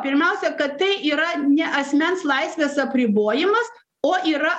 pirmiausia kad tai yra ne asmens laisvės apribojimas o yra